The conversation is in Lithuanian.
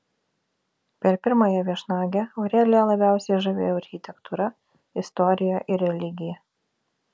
per pirmąją viešnagę aureliją labiausiai žavėjo architektūra istorija ir religija